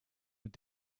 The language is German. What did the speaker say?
mit